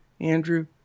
Andrew